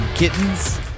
kittens